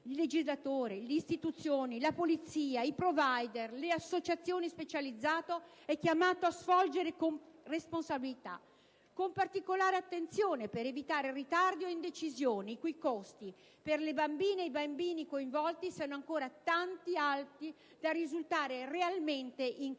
(legislatore, istituzioni, polizia, *provider*, associazioni specializzate) è chiamato a svolgere con responsabilità e particolare attenzione per evitare ritardi o indecisioni i cui costi per le bambini ed i bambini coinvolti sono ancora tanto alti da risultare realmente